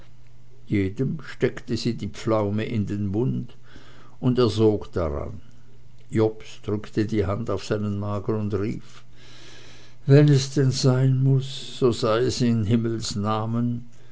jedem steckte sie die pflaume in den mund und er sog daran jobst drückte die hand auf seinen magen und rief wenn es denn sein muß so sei es ins himmels namen